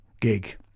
gig